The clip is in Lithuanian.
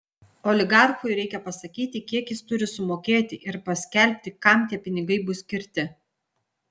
oligarchui reikia pasakyti kiek jis turi sumokėti ir paskelbti kam tie pinigai bus skirti